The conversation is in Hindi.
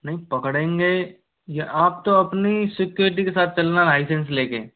नहीं पकडे़ंगे या आप तो अपनी सिक्योरिटी के साथ चलना लाइसेंस ले के